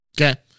Okay